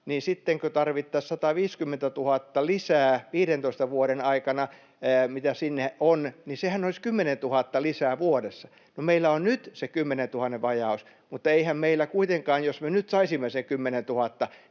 sittenkö tarvittaisiin 150 000 lisää sen viidentoista vuoden aikana, mitä sinne on aikaa, ja sehän olisi 10 000 lisää vuodessa. No meillä on nyt se 10 000:n vajaus, mutta eihän meillä kuitenkaan, jos me nyt saisimme sen 10 000,